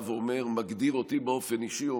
הוא מגדיר אותי באופן אישי.